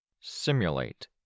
Simulate